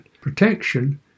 Protection